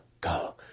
go